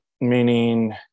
Meaning